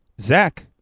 Zach